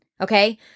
okay